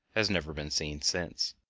has never been seen since.